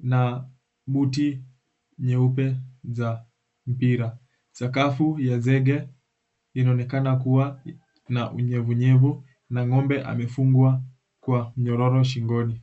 na buti nyeupe za mpira. Sakafu ya zege inaonekana kua na unyevunyevu na ng'ombe amefungwa kwa nyororo shingoni.